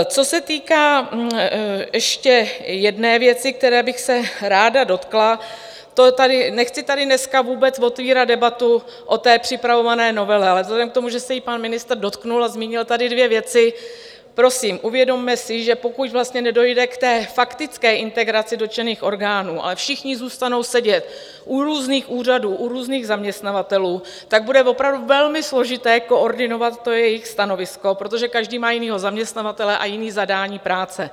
Co se týká ještě jedné, které bych se ráda dotkla, nechci tady dneska vůbec otvírat debatu o té připravované novele, ale vzhledem k tomu, že se jí pan ministr dotkl a zmínil tady dvě věci, prosím uvědomme si, že pokud nedojde k faktické integraci dotčených orgánů, ale všichni zůstanou sedět u různých úřadů, u různých zaměstnavatelů, bude opravdu velmi složité koordinovat jejich stanovisko, protože každý má jiného zaměstnavatele a jiné zadání práce.